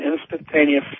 instantaneous